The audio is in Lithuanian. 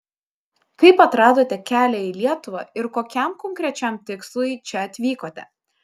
kaip atradote kelią į lietuvą ir kokiam konkrečiam tikslui čia atvykote